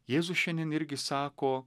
jėzus šiandien irgi sako